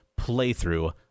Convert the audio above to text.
playthrough